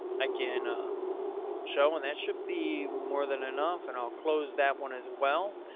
i can show when that should be more than enough and i'll close that one as well.